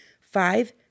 five